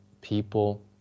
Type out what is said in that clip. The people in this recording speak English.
people